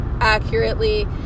accurately